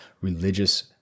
religious